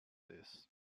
this